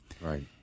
Right